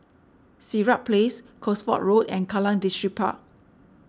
Sirat Place Cosford Road and Kallang Distripark